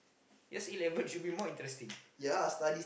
yours A-level should be more interesting